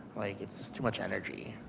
like it's it's too much energy,